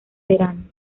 verano